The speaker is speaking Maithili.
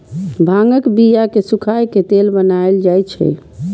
भांगक बिया कें सुखाए के तेल बनाएल जाइ छै